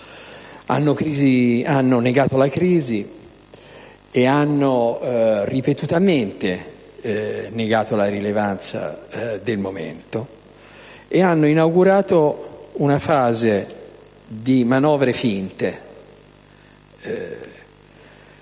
hanno negato la crisi e ripetutamente negato la rilevanza del momento, inaugurando una fase di manovre finte,